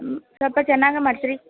ಹ್ಞೂ ಸ್ವಲ್ಪ ಚೆನ್ನಾಗೆ ಮಾಡ್ಸಿ ರೀ